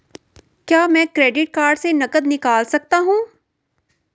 क्या मैं credit card से नकद निकाल सकता हूँ?